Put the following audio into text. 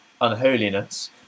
unholiness